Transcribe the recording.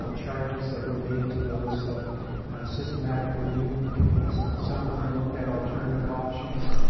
ah charges that were made to those systematic review committees, some of them looked at alternative options,